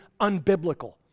unbiblical